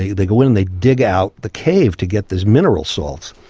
they they go in and they dig out the cave to get these mineral salts.